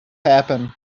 happen